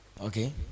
Okay